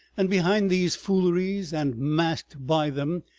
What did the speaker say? and behind these fooleries and masked by them,